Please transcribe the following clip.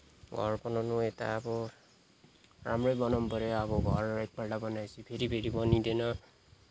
घर बनाउनु यता अब राम्रै बनाउनु पऱ्यो अब एकपल्ट बनाएपछि फेरी फेरी बनिँदैन